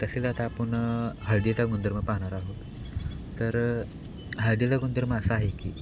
तसेच आता आपण हळदीचा गुणधर्म पाहणार आहोत तर हळदीला गुणधर्म असा आहे की